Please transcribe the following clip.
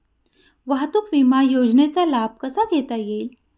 वाहतूक विमा योजनेचा लाभ कसा घेता येईल?